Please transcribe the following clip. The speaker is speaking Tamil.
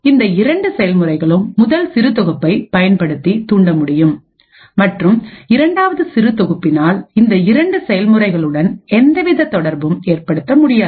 இந்த இரண்டு செயல்முறைகளும் முதல் சிறு தொகுப்பை பயன்படுத்தி தூண்ட முடியும் மற்றும் இரண்டாவது சிறு தொகுப்பினால் இந்த இரண்டு செயல்முறைகள் உடன் எவ்வித தொடர்பும் ஏற்படுத்த முடியாது